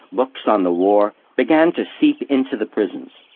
books on the war, began to seep into the prisons.